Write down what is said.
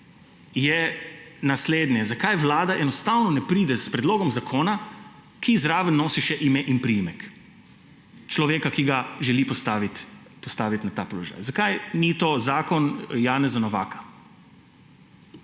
je naslednje: Zakaj Vlada enostavno ne pride s predlogom zakona, ki zraven nosi še ime in priimek človeka, ki ga želi postaviti na ta položaj? Zakaj ni to zakon Janeza Novaka?